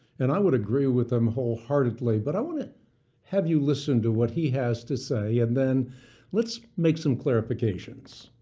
and i would agree with him wholeheartedly. but i want to have you listen to what he has to say, and then let's make some clarifications.